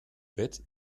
bett